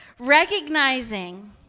Recognizing